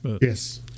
Yes